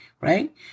right